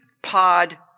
Pod